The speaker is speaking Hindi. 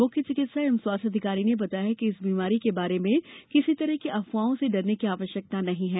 मुख्य चिकित्सा एवं स्वास्थ्य अधिकारी ने बताया कि इस बीमारी के बारे में किसी तरह की अफवाहों से डरने की आवश्यकता नहीं है